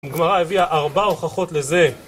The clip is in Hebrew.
הגמרא הביאה ארבעה הוכחות לזה